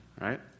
right